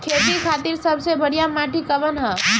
खेती खातिर सबसे बढ़िया माटी कवन ह?